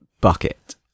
bucket